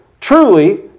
truly